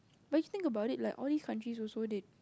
best thing about it like all these countries also they